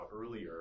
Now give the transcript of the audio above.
earlier